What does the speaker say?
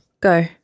Go